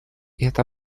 эта